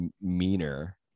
meaner